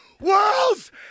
world's